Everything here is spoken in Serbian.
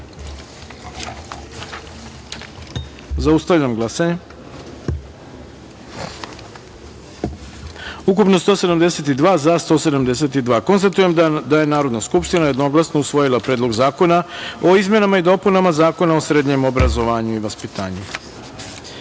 taster. Zaustavljam glasanje: Ukupno - 172, za – 172.Konstatujem da je Narodna skupština jednoglasno usvojila Predlog zakona o izmenama i dopunama Zakona o srednjem obrazovanju i vaspitanju. Sedma